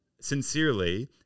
sincerely